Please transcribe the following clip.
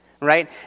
right